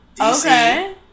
Okay